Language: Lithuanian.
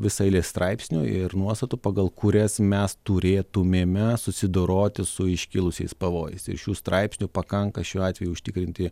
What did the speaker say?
visa eilė straipsnių ir nuostatų pagal kurias mes turėtumėme susidoroti su iškilusiais pavojais ir šių straipsnių pakanka šiuo atveju užtikrinti